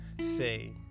Say